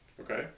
Okay